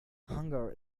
hunger